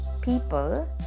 people